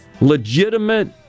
legitimate